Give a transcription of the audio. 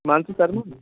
Himanshu Sharma